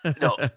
No